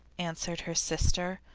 answered her sister,